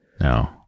No